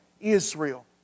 Israel